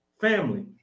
Family